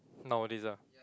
nowadays ah